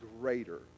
greater